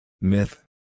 Myth